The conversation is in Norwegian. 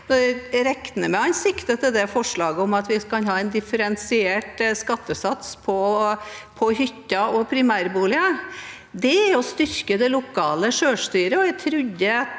Jeg regner med at han sikter til forslaget om en differensiert skattesats på hytter og primærboliger. Det er å styrke det lokale selvstyret. Jeg trodde